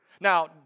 Now